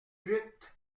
huit